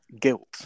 guilt